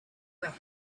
were